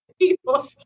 people